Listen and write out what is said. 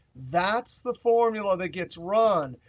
that's the formula that gets run.